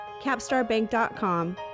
capstarbank.com